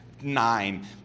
Nine